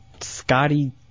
Scotty